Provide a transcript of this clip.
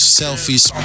selfies